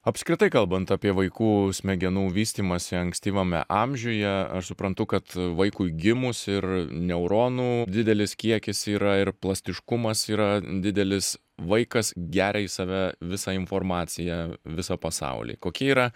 apskritai kalbant apie vaikų smegenų vystymąsi ankstyvame amžiuje aš suprantu kad vaikui gimus ir neuronų didelis kiekis yra ir plastiškumas yra didelis vaikas geria į save visą informaciją visą pasaulį kokie yra